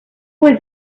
was